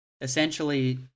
essentially